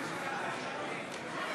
גברתי